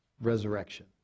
Resurrection